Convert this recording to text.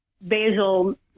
basil